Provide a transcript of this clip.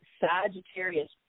sagittarius